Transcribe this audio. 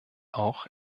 auch